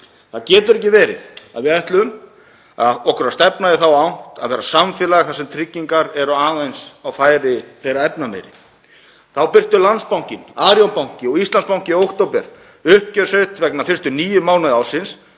Það getur ekki verið að við ætlum okkur að stefna í þá átt að vera samfélag þar sem tryggingar eru aðeins á færi þeirra efnameiri. Þá birtu Landsbankinn, Arion banki og Íslandsbanki uppgjör sitt vegna fyrstu níu mánaða ársins